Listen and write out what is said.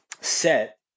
set